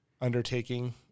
undertaking